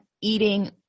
eating